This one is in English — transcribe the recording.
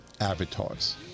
avatars